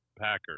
Packers